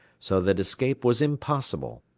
so that escape was impossible.